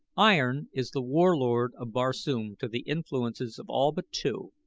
iron is the warlord of barsoom to the influences of all but two.